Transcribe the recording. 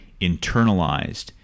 internalized